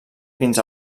fins